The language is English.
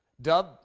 Dub